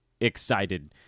excited